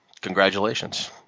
Congratulations